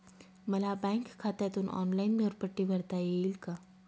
मला बँक खात्यातून ऑनलाइन घरपट्टी भरता येईल का?